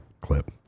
clip